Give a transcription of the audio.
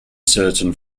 certain